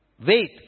wait